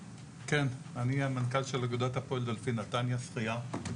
אני המנכ"ל של אגודת הפועל דולפין נתניה שחייה,